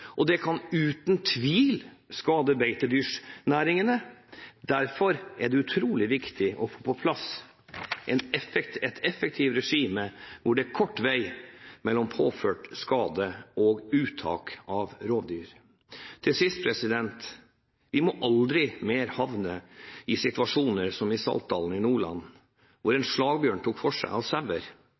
og det kan uten tvil skade beitedyrsnæringene. Derfor er det utrolig viktig å få på plass et effektivt regime, hvor det er kort vei mellom påført skade og uttak av rovdyr. Til sist – vi må aldri mer havne i situasjoner som man gjorde i Saltdalen i Nordland, hvor en slagbjørn tok for seg av sauer.